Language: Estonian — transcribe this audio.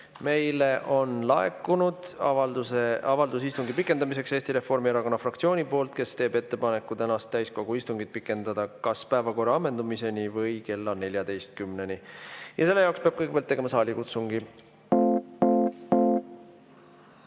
Meile on laekunud istungi pikendamise avaldus Eesti Reformierakonna fraktsioonilt, kes teeb ettepaneku tänast täiskogu istungit pikendada kas päevakorra ammendumiseni või kella 14-ni. Ja selle jaoks peab kõigepealt tegema saalikutsungi. Head